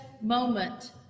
moment